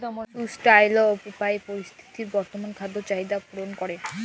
sustainable উপায়ে পীরথিবীর বর্তমাল খাদ্য চাহিদ্যা পূরল ক্যরে